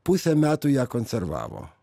pusę metų ją konservavo